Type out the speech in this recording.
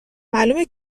معلومه